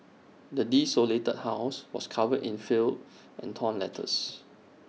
the desolated house was covered in filth and torn letters